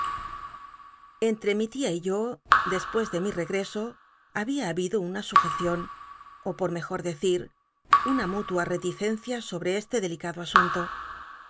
tre mi tia y yo despues de mi regreso había habido una sujccion ó por mejor decir una mutua reticencia sobte este del icado asunto